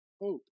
hope